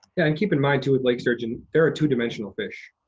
yeah and keep in mind, too, with lake sturgeon, they're a two-dimensional fish.